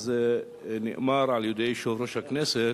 נאמר על-ידי יושב-ראש הכנסת